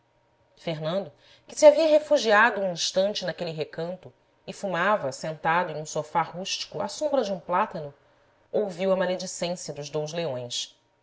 fernando que se havia refugiado um instante naquele recanto e fumava sentado em um sofá rústico à sombra de um plátano ouviu a maledicência dos dous leões